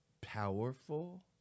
powerful